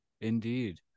Indeed